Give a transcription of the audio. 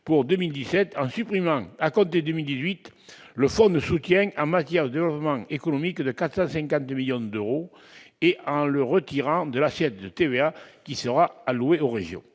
pour 2017 en supprimant accord 2008 le fonds ne soutiennent matière de économique le 4 à 52 millions d'euros et en le retirant de l'assiette de TVA qui sera alloué aux régions